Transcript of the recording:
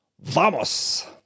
Vamos